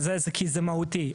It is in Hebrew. כי זה מהותי.